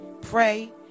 pray